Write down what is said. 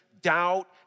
doubt